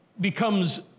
Becomes